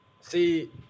See